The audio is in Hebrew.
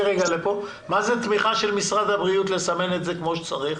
מה זה תמיכה של משרד הבריאות לסמן את זה כמו שצריך?